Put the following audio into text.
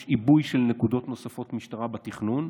יש עיבוי של נקודות משטרה נוספות בתכנון,